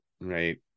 right